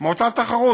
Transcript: מאותה תחרות.